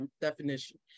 definition